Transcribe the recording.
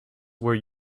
where